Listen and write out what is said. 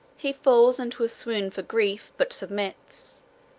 he falls into a swoon for grief but submits.